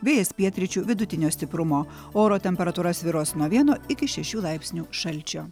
vėjas pietryčių vidutinio stiprumo oro temperatūra svyruos nuo vieno iki šešių laipsnių šalčio